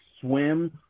swim